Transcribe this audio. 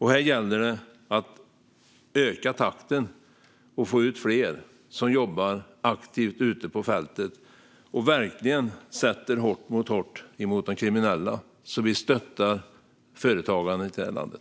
Här gäller det att öka takten och få ut fler som jobbar aktivt ute på fältet och verkligen sätter hårt mot hårt mot de kriminella, så att vi stöttar företagandet i landet.